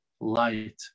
light